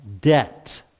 debt